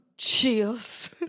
Chills